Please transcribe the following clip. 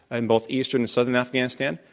and both eastern and southern afghanistan,